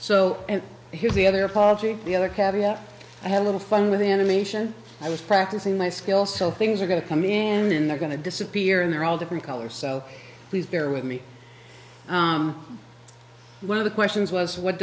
so here's the other apology the other kavya i had a little fun with animation i was practicing my skill so things are going to come in and then they're going to disappear and they're all different color so please bear with me one of the questions was what